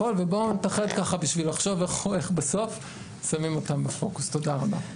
ובואו נתכנת בשביל לחשוב איך בסוף שמים אותם בפוקוס תודה רבה.